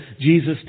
Jesus